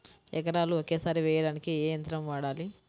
ఎకరాలు ఒకేసారి వేయడానికి ఏ యంత్రం వాడాలి?